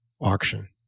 auction